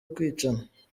kwicana